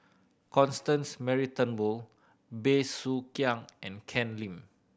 Constance Mary Turnbull Bey Soo Khiang and Ken Lim